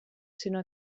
sinó